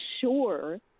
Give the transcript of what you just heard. sure